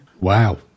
Wow